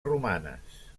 romanes